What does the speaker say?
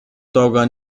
toga